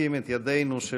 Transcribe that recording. דברי הכנסת חוברת ח'